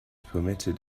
permitted